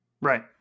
Right